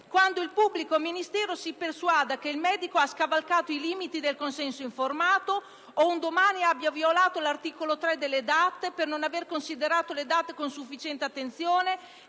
quando il pubblico ministero si persuada che il medico ha scavalcato i limiti del consenso informato o, un domani, abbia violato l'articolo 3 delle DAT per non averle considerate con sufficiente attenzione,